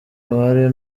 buhari